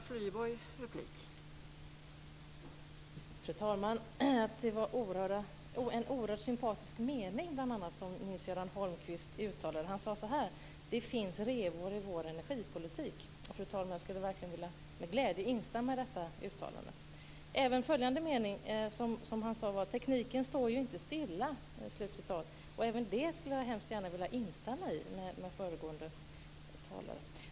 Fru talman! Nils-Göran Holmqvist uttalade bl.a. en oerhört sympatisk mening. Han sade: Det finns revor i vår energipolitik. Fru talman! Jag kan verkligen med glädje instämma i detta uttalande. Den följande meningen var: Tekniken står ju inte stilla. Även det uttalandet skulle jag hemskt gärna vilja instämma i.